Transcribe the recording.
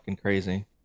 crazy